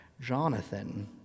Jonathan